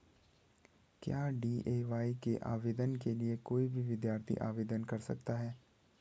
क्या डी.ए.वाय के आवेदन के लिए कोई भी विद्यार्थी आवेदन कर सकता है?